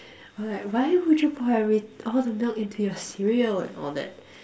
were like why would you pour every all the milk into your cereal and all that